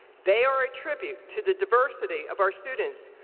they are a tribute to the diversity of our students,